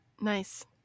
Nice